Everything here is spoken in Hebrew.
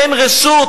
"אין רשות",